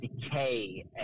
decay